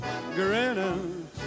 grinning